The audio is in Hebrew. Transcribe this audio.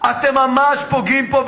אתם ממש פוגעים פה,